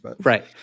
Right